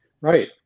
Right